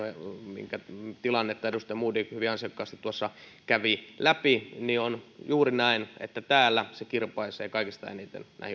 minkä tilannetta edustaja modig hyvin ansiokkaasti kävi läpi niin on juuri näin että täällä se kirpaisee kaikista eniten